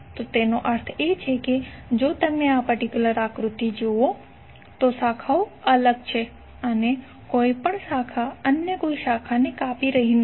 તો તેનો અર્થ એ છે કે જો તમે આ પર્ટિક્યુલર આકૃતિ જુઓ તો શાખાઓ અલગ છે અને કોઈ પણ શાખા અન્ય કોઈ શાખાને કાપી રહી નથી